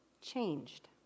changed